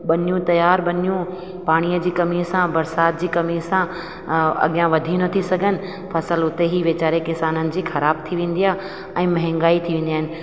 बनियूं तयार बनियूं पाणीअ जी कमी सां बरसाति जी कमी सां अॻियां वधी नथी सघनि फसल हुते ई वीचारे किसाननि जी ख़राबु थी वेंदी आहे ऐं महांगाई थी वेंदियूं आहिनि